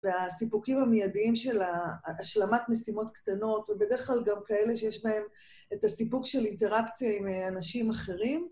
והסיפוקים המיידיים של השלמת משימות קטנות, ובדרך כלל גם כאלה שיש בהם את הסיפוק של אינטראקציה עם אנשים אחרים.